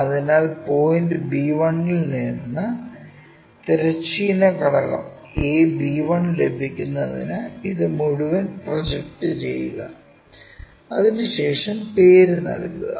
അതിനാൽ point b1 ൽ നിന്ന് തിരശ്ചീന ഘടകം ab1 ലഭിക്കുന്നതിന് ഇത് മുഴുവൻ പ്രൊജക്റ്റ് ചെയ്യുക അതിനുശേഷം പേര് നൽകുക